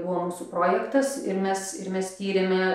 buvo mūsų projektas ir mes ir mes tyrėme